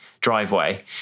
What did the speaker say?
driveway